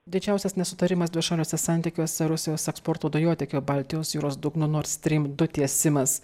didžiausias nesutarimas dvišaliuose santykiuose rusijos eksporto dujotiekio baltijos jūros dugno nord stream du tiesimas